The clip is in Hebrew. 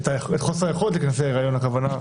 את חוסר היכולת להיכנס להריון הכוונה,